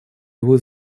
его